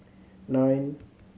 nine